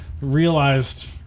realized